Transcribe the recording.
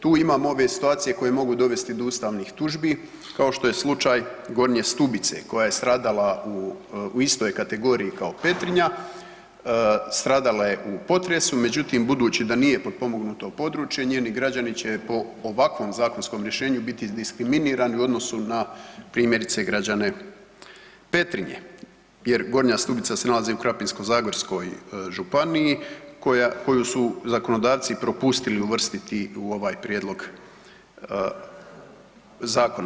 Tu imamo ove situacije koje mogu dovesti do ustavnih tužbi kao što je slučaj Gornje Stubice koja je stradala u istoj kategoriji kao Petrinja, stradala je u potresu međutim budući da nije potpomognuto područje njeni građani će po ovakvom zakonskom rješenju biti diskriminirani u odnosu na primjerice građane Petrinje jer Gornja Stubica se nalazi u Krapinsko-zagorskoj županiji koju su zakonodavci propustili uvrstiti u ovaj prijedlog zakona.